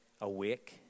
awake